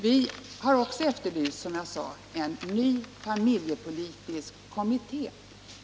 Vi har också efterlyst en ny familjepolitisk kommitté.